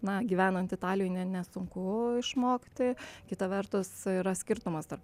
na gyvenant italijoj ne nesunku išmokti kita vertus yra skirtumas tarp